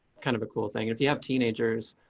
kind of a cool thing if you have teenagers.